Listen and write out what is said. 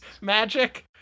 magic